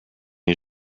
you